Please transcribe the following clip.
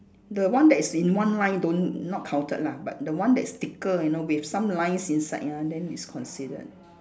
the one that's in one line don't not counted lah but the one that's thicker you know with some lines inside ah then it's considered